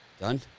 Done